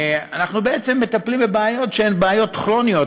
אנחנו בעצם מטפלים בבעיות שהן כרוניות,